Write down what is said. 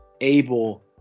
able